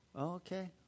okay